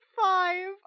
five